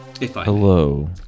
Hello